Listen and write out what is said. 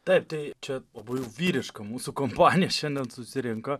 taip tai čia labai vyriška mūsų kompanija šiandien susirinko